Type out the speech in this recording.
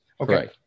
Okay